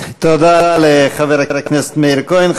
תודה לחבר הכנסת מאיר כהן.